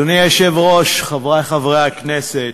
אדוני היושב-ראש, חברי חברי הכנסת,